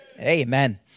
Amen